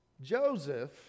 joseph